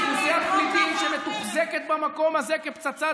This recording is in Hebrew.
אוכלוסיית פליטים שמתוחזקת במקום הזה כפצצת